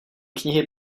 knihy